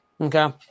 Okay